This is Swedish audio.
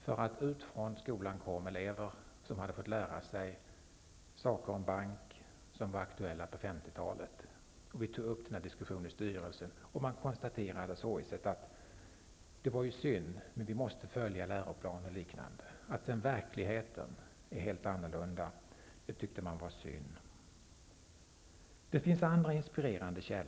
Ut från skolan kom elever som hade fått lära sig sådant om bankväsendet som var aktuellt på 50-talet. När vi tog upp detta förhållande i styrelsen konstaterades sorgset att läroplanen måste följas. Att verkligheten var helt annorlunda var att beklaga. Det finns andra inspirerande källor.